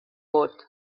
vot